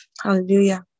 Hallelujah